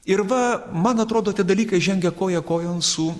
ir va man atrodo tie dalykai žengia koja kojon su